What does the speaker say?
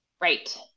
Right